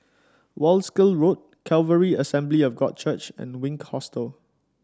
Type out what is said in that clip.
Wolskel Road Calvary Assembly of God Church and Wink Hostel